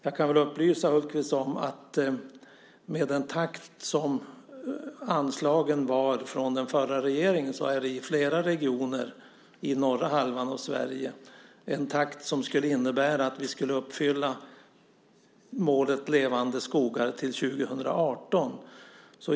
Jag kan väl upplysa Hultqvist om att med den takt som anslagen kom från den förra regeringen skulle det i flera regioner i norra halvan av Sverige innebära att vi skulle uppfylla målet Levande skogar till 2018.